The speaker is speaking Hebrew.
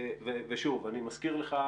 ושוב, אני מזכיר לך